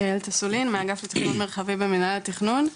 אני אילת אסולין מאגף תכנון מרחבי במינהל התכנון,